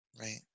Right